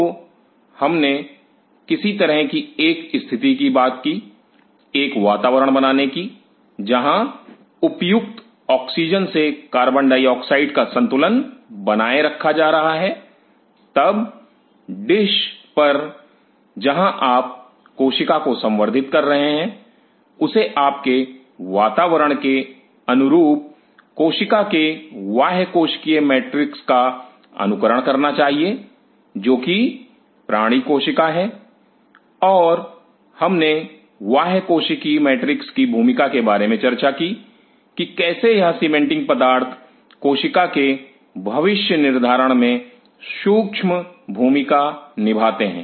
तो हमने किसी तरह की एक स्थिति की बात की एक वातावरण बनाने की जहां उपयुक्त ऑक्सीजन से कार्बन डाइऑक्साइड का संतुलन बनाए रखा जा रहा है तब डिश पर जहां आप कोशिका को संवर्धित कर रहे हैं उसे आपके वातावरण के अनुरूप कोशिका के बाह्य कोशिकीय मैट्रिक्स का अनुकरण करना चाहिए जो कि प्राणी कोशिका है और हमने बाह्य कोशिकीय मैट्रिक्स की भूमिका के बारे में चर्चा की कि कैसे यह सीमेंटिंग पदार्थ कोशिका के भविष्य निर्धारण में सूक्ष्म भूमिका निभाते हैं